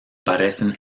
parecen